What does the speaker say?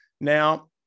now